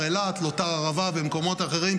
אילת ובלוט"ר ערבה ובמקומות אחרים,